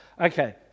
okay